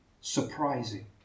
surprising